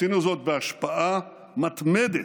עשינו זאת בהשפעה מתמדת,